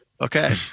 Okay